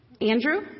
Andrew